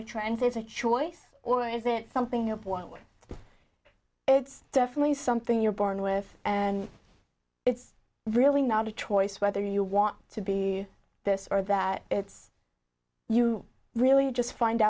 there's a choice or is it something of one it's definitely something you're born with and it's really not a choice whether you want to be this or that it's you really just find